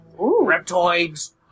Reptoids